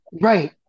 Right